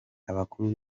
abakuru